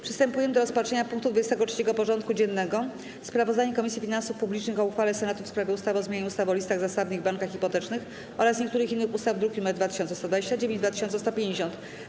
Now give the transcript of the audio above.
Przystępujemy do rozpatrzenia punktu 23. porządku dziennego: Sprawozdanie Komisji Finansów Publicznych o uchwale Senatu w sprawie ustawy o zmianie ustawy o listach zastawnych i bankach hipotecznych oraz niektórych innych ustaw (druki nr 2129 i 2150)